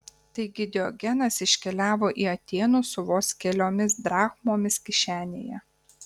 taigi diogenas iškeliavo į atėnus su vos keliomis drachmomis kišenėje